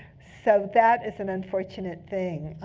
so that is an unfortunate thing.